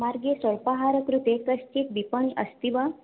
मार्गे स्वल्पाहारकृते काचित् विपणिः अस्ति वा